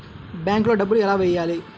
బ్యాంక్లో డబ్బులు ఎలా వెయ్యాలి?